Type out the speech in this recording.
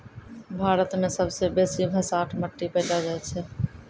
भारत मे सबसे बेसी भसाठ मट्टी पैलो जाय छै